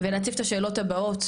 ולהציף את השאלות הבאות,